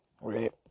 Right